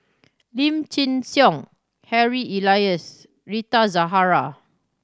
Lim Chin Siong Harry Elias Rita Zahara